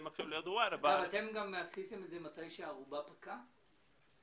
אתם גם עשיתם את זה מתי שהערובה פקעה?